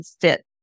fit